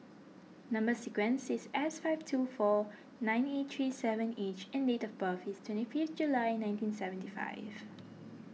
Number Sequence is S five two four nine eight three seven H and date of birth is twenty fifth July nineteen seventy five